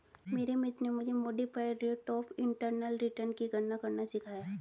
मेरे मित्र ने मुझे modified rate of internal return की गणना करना सिखाया